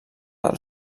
del